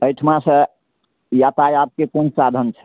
एहिठुमासँ यातायातके कोन साधन छै